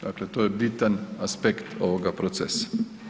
Dakle, to je bitan aspekt ovoga procesa.